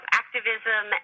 activism